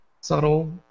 subtle